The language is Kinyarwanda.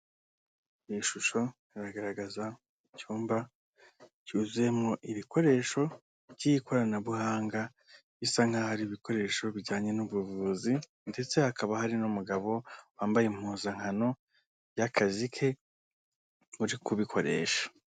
Iyi shusho iragaragaza mu cyumba cyuzuyemo ibikoresho by'ikoranabuhanga bisa nkaho ari ibikoresho bijyanye n'ubuvuzi ndetse hakaba hari n'umugabo wambaye impuzankano y'akazi ke uri kubikoresha.